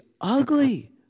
ugly